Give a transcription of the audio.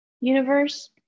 universe